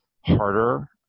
harder